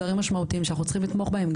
דברים משמעותיים שאנחנו צריכים לתמוך בהם,